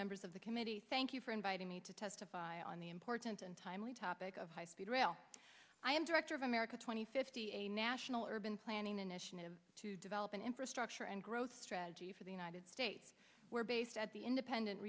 members of the committee thank you for inviting me to testify on the important and timely topic of high speed rail i am director of america two thousand and fifty a national urban planning initiative to develop an infrastructure and growth strategy for the united states were based at the independent